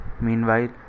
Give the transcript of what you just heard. Meanwhile